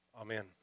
Amen